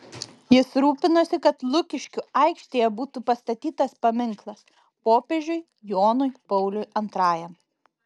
jis rūpinosi kad lukiškių aikštėje būtų pastatytas paminklas popiežiui jonui pauliui antrajam